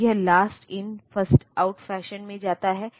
और यह last in first out fashion में जाता है